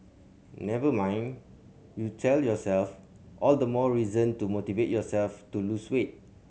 never mind you tell yourself all the more reason to motivate yourself to lose weight